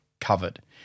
covered